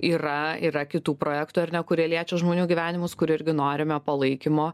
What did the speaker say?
yra yra kitų projektų ar ne kurie liečia žmonių gyvenimus kur irgi norime palaikymo